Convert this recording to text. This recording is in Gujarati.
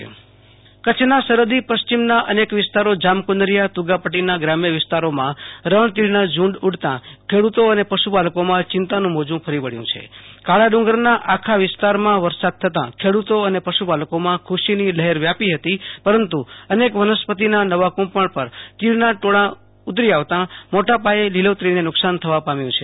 આશુ તોષ અંતાણી કચ્છ તીડ કચ્છના સરહદી પશ્ચિમના અનેક વિસ્તારો જામકુનરીયાતુ ગાપટ્ટીના ગ્રામ્ય વિસ્તારોમાં તીડના ઝુંડ ઉડતા ખેડુતો અને પશુપાલકોમાં ચિંતાનું મોજુ ફરી વળ્યુ છેકાળા ડુંગરના આખા વિસ્તારમાં વરસાદ થતાં ખેડુતો અને પશુ પાલકોમાં ખુ શીની લહેર વ્યાપી હતી પરંતુ એક વનસ્પતિના નવા કુંપળ પર તીડના ટોળા ઉતરી આવતા મોટાપાયે લીલોતરીને નુકસાન થવા પામ્યુ છે